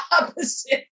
opposite